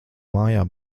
mājā